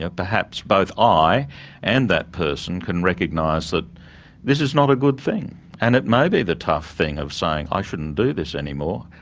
ah perhaps both i and that person can recognise that this is not a good thing and it may be the tough thing of saying, i shouldn't do this anymore.